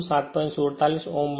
47 Ω મળશે